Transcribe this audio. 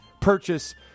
purchase